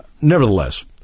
Nevertheless